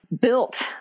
built